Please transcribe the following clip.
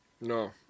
No